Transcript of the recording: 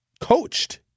coached